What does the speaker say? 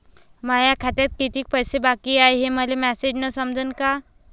माया खात्यात कितीक पैसे बाकी हाय हे मले मॅसेजन समजनं का?